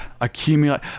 accumulate